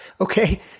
Okay